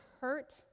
hurt